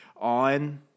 on